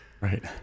right